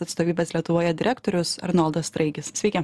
atstovybės lietuvoje direktorius arnoldas straigis sveiki